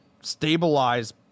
stabilize